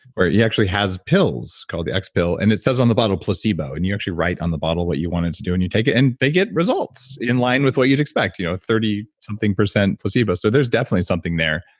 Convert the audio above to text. or he actually has pills called the x pill, and it says on the bottle placebo, and you actually write on the bottle what you want it to do, and you take it. and they get results, in line with what you'd expect, you know, thirty something percent placebo. so there's definitely something there